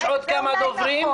יש עוד כמה דוברים.